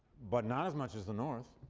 but not as much as the north.